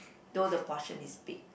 though the portion is big